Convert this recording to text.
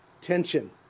tension